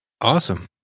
Awesome